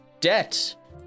debt